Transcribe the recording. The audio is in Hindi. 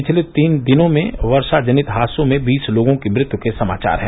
पिछले तीन दिनों में वर्षा जनित हादसों में बीस लोगों की मृत्यु होने के समाचार है